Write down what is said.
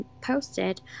posted